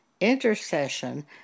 intercession